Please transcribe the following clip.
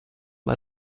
let